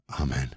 Amen